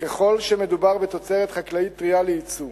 ככל שמדובר בתוצרת חקלאית טרייה ליצוא.